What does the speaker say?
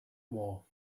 war